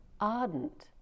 ardent